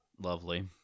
Lovely